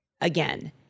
Again